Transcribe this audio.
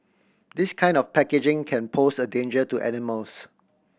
this kind of packaging can pose a danger to animals